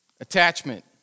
Attachment